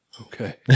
okay